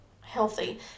Healthy